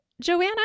Joanna